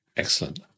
Excellent